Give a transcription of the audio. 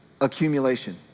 accumulation